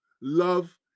love